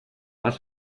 was